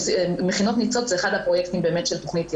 מכינות ניצוץ זה אחד הפרויקטים של תכנית "יתד",